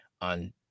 On